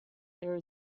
there